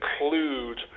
include